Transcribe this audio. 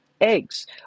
Eggs